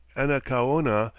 anacaona,